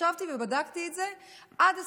ישבתי ובדקתי את זה עד הסוף,